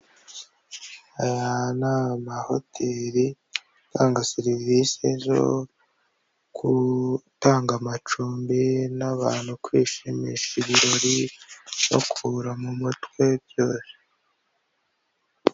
Aya ni amahoteli atanga serivisi zo gutanga amacumbi, n'abantu kwishimisha ibirori, no kuruhura mu mutwe byose.